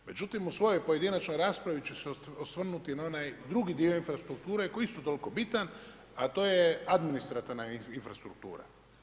Međutim u svojoj pojedinačnoj raspravi ću se osvrnuti na onaj drugi dio infrastrukture koji je isto toliko bitan, a to je administrativna infrastruktura.